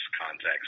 context